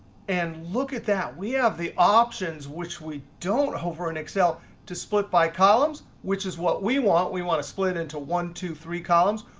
and look at that. we have the options which we don't over in excel to split by columns, which is what we want. we want to split into one, two, three columns.